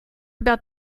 about